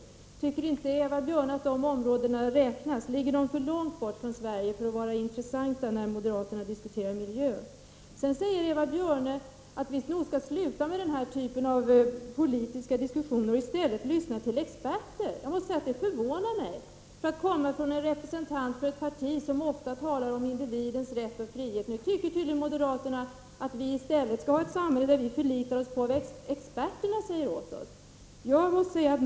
Tycker inte Eva Björne att dessa områden räknas? Ligger de för långt bort från Sverige för att vara intressanta när moderaterna diskuterar miljö? Vidare säger Eva Björne att vi nog borde sluta med denna typ av politiska diskussioner och i stället lyssna på experter. Jag är förvånad över detta uttalande från en representant från ett parti som ofta talar om individens rätt och frihet. Nu tycker tydligen moderaterna att vi i stället skall ha ett samhälle där vi förlitar oss på vad experterna säger åt oss.